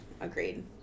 Agreed